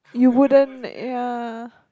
you wouldn't ya